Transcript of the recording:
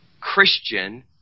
Christian